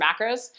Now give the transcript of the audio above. macros